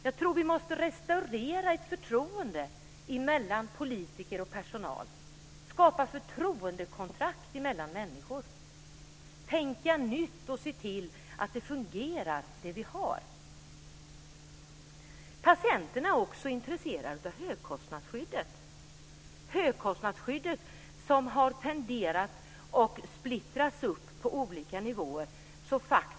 Jag tror att vi måste restaurera ett förtroende mellan politiker och personal och skapa förtroendekontrakt mellan människor. Vi måste tänka nytt och se till att det vi har fungerar. Patienterna är också intresserade av högkostnadsskyddet. Högkostnadsskyddet har tenderat att splittras upp på olika nivåer.